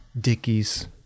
Dickies